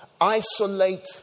isolate